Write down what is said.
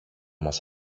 μας